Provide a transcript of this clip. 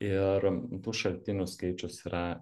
ir tų šaltinių skaičius yra